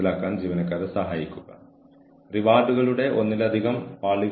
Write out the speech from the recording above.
മറുവശത്ത് ഒരു ജീവനക്കാരൻ പതിവായി അനഭിലഷണീയമായ പെരുമാറ്റത്തിൽ ഏർപ്പെടുകയാണെങ്കിൽ